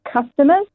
customers